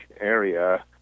area